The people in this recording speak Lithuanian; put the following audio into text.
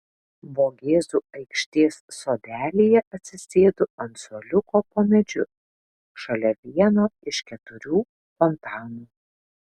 vogėzų aikštės sodelyje atsisėdu ant suoliuko po medžiu šalia vieno iš keturių fontanų